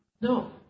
no